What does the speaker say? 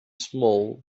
small